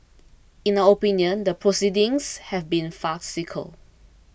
in our opinion the proceedings have been farcical